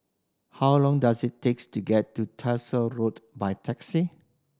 how long does it takes to get to Tyersall Road by taxi